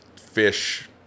fish